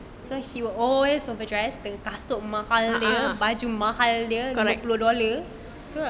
so he will always have overdress dengan kasut mahal dia baju mahal dia lima puluh lima dollar